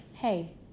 Hey